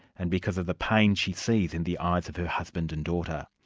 and because of the pain she sees in the eyes of her husband and daughter.